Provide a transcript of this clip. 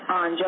on